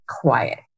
quiet